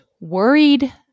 worried